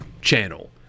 channel